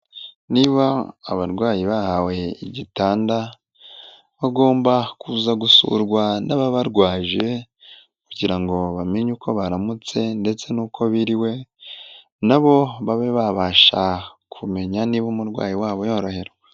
Niba abarwayi bahawe igitanda bagomba kuza gusurwa n'ababarwaje kugira ngo bamenye uko baramutse ndetse n'uko biriwe, n'abo babe babasha kumenya niba umurwayi wabo yoroherwa.